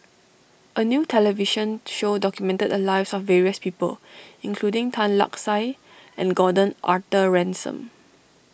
a new television show documented the lives of various people including Tan Lark Sye and Gordon Arthur Ransome